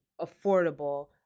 affordable